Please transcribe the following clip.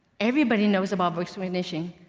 everybody knows about voice recognition.